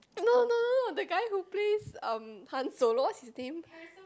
no no no no the guy who plays um Hans-Solo what's his name